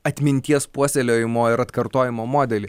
atminties puoselėjimo ir atkartojimo modelį